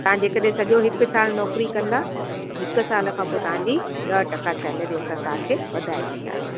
तव्हां जेकॾहिं सॼो हिकु सालु नौकरी कंदा हिक साल खां पोइ तव्हां जी ॾह टका सैलरी असां तव्हां खे वधाए ॾींदासीं